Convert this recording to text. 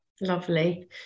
Lovely